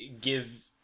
give